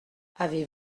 avez